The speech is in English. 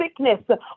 sickness